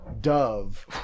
dove